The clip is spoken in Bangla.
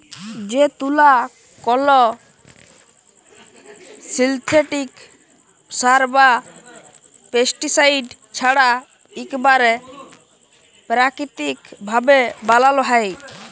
যে তুলা কল সিল্থেটিক সার বা পেস্টিসাইড ছাড়া ইকবারে পাকিতিক ভাবে বালাল হ্যয়